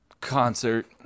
concert